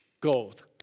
gold